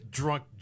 drunk